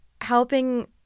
helping